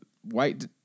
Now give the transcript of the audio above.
white